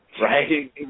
Right